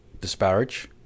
disparage